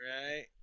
Right